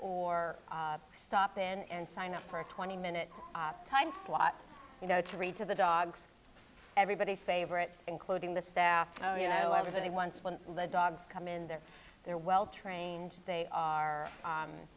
or stop in and sign up for a twenty minute time slot you know to read to the dogs everybody's favorite including the staff oh you know i was in it once when the dogs come in they're they're well trained they are